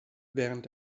während